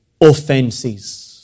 offences